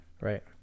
Right